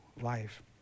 life